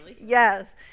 yes